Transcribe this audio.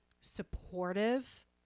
supportive